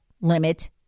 limit